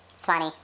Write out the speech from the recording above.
funny